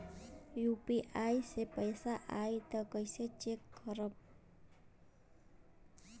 UPI से पैसा आई त कइसे चेक खरब?